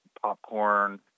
popcorn